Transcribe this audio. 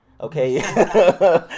Okay